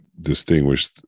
distinguished